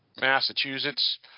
massachusetts